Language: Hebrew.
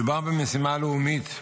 מדובר במשימה לאומית,